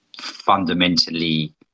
fundamentally